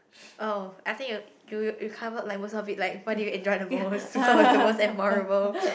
oh I think you you covered like most of it like what do you enjoy the most what was the most memorable